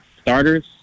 starters